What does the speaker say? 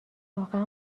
واقعا